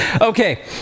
Okay